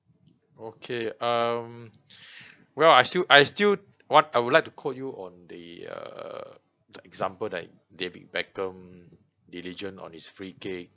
okay um well I still I still what I would like to quote you on the err the example like david beckham diligent on his free kick